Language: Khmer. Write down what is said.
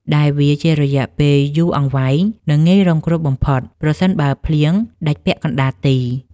ដែលវាជារយៈពេលយូរអង្វែង និងងាយរងគ្រោះបំផុតប្រសិនបើភ្លៀងដាច់ពាក់កណ្ដាលទី។